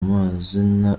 amazina